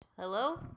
Hello